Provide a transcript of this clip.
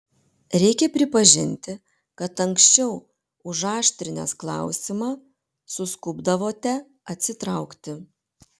reikia pripažinti kad anksčiau užaštrinęs klausimą suskubdavote atsitraukti